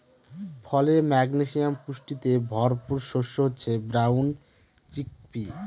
ফলে, ম্যাগনেসিয়াম পুষ্টিতে ভরপুর শস্য হচ্ছে ব্রাউন চিকপি